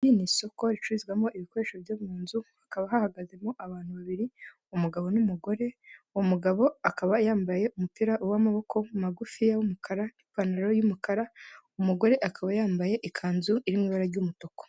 Iri ni isoko ricururizwamo ibikoresho byo mu nzu, hakaba hahagazemo abantu babiri umugabo n'umugore, uwo mugabo akaba yambaye umupira w'amaboko magufiya w'umukara n'ipantaro y'umukara, umugore akaba yambaye ikanzu irimo ibara ry'umutuku.